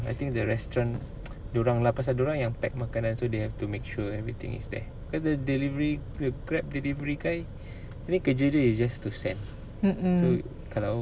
I think the restaurant dia orang lah pasal dia orang yang pack makanan so they have to make sure everything is there cause the delivery the grab delivery guy kerja dia is just to send so kalau